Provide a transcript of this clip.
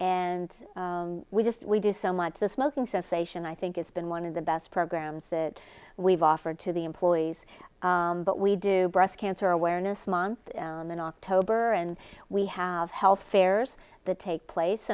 and we just we do so much the smoking cessation i think it's been one of the best programs that we've offered to the employees but we do breast cancer awareness month in october and we have health fairs that take place